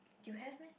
you have meh